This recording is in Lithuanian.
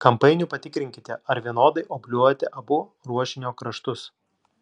kampainiu patikrinkite ar vienodai obliuojate abu ruošinio kraštus